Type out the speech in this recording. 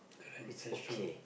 it's okay